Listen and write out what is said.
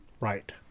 Right